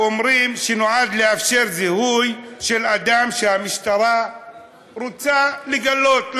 אומרים שנועד לאפשר זיהוי של אדם שהמשטרה רוצה לגלות,